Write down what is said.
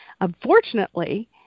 Unfortunately